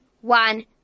one